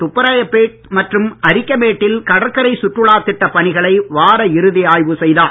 துப்ராயப்பேட் மற்றும் அரிக்கமேட் டில் கடற்கரை சுற்றுலாத் திட்டப் பணிகளை வார இறுதி ஆய்வு செய்தார்